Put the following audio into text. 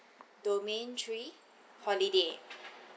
domain trip holiday